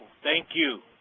thank you.